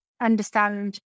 understand